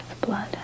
blood